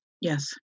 Yes